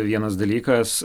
vienas dalykas